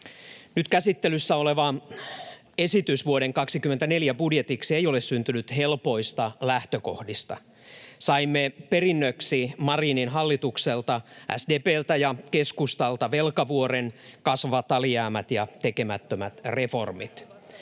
Nyt käsittelyssä oleva esitys vuoden 24 budjetiksi ei ole syntynyt helpoista lähtökohdista. Saimme perinnöksi Marinin hallitukselta — SDP:ltä ja keskustalta — velkavuoren, kasvavat alijäämät ja tekemättömät reformit.